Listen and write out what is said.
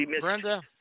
Brenda